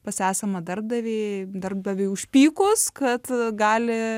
pas esamą darbdavį darbdaviui užpykus kad gali